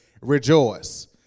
rejoice